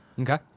Okay